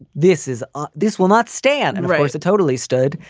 this is ah this will not stand. and rosa totally stood.